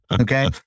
Okay